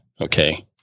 okay